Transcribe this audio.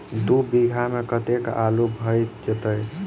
दु बीघा मे कतेक आलु भऽ जेतय?